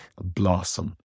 blossom